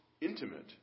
intimate